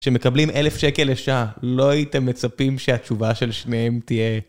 שמקבלים אלף שקל לשעה, לא הייתם מצפים שהתשובה של שניהם תהיה...